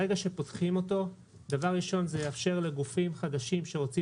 ברגע שפותחים אותו דבר ראשון זה יאפשר לגופים חדשים שרוצים